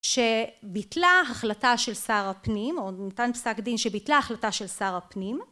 שביטלה החלטה של שר הפנים או נתן פסק דין שביטלה החלטה של שר הפנים